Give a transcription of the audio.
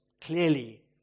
clearly